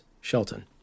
shelton